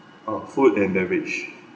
uh food and beverage